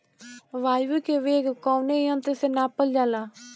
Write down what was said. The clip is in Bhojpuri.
वायु क वेग कवने यंत्र से नापल जाला?